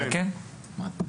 כן, אגיד ונעם אולי תשלים.